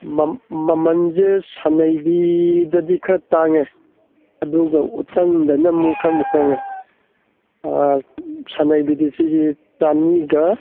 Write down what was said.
ꯃꯃꯟꯁꯦ ꯁꯟꯅꯩꯕꯤꯗꯗꯤ ꯈꯔ ꯇꯥꯡꯉꯦ ꯑꯗꯨꯒ ꯎꯇꯪꯗꯅ ꯑꯃꯨꯛ ꯈꯔꯃꯨꯛ ꯍꯣꯡꯉꯦ ꯁꯟꯅꯩꯕꯤꯗꯤ ꯁꯤꯁꯦ ꯆꯥꯝꯃꯔꯤꯒ